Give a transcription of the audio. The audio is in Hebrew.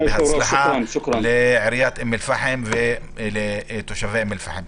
ובהצלחה לעיריית אום אל פאחם ולתושבי אום אל פאחם.